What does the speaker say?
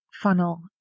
funnel